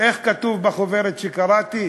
איך כתוב בחוברת שקראתי: